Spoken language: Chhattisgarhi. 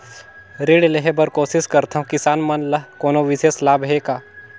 ऋण लेहे बर कोशिश करथवं, किसान मन ल कोनो विशेष लाभ हे का?